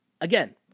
again